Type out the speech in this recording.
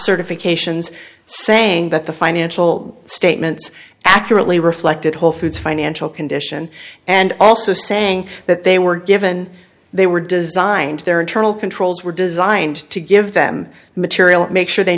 certifications saying that the financial statements accurately reflected wholefoods financial condition and also saying that they were given they were designed their internal control were designed to give them material make sure they